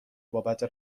بابت